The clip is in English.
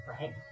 right